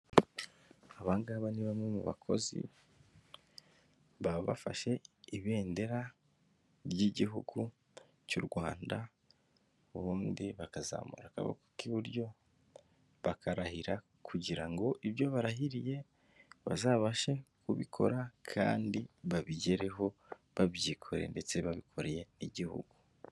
Abanga ni bamwe mu bakozi baba bafashe ibendera ry'igihugu cy'u Rwanda ubundi bakazamura akaboko k'iburyo bakarahira kugira ngo ibyo barahiriye bazabashe kubikora kandi babigereho babyikore ndetse babikoreye n'igihugu.